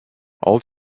all